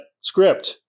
script